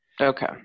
Okay